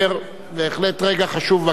בהחלט רגע חשוב בכנסת.